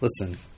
Listen